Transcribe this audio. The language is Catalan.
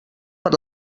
per